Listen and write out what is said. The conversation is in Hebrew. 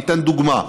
אני אתן דוגמה.